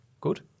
good